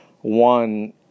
one